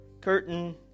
Curtain